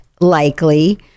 likely